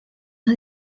nad